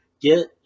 get